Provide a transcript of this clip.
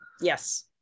Yes